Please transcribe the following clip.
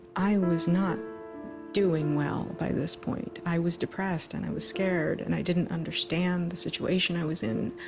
i was not doing well by this point i was depressed, and i was scared, and i didn't understand the situation i was in.